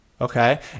okay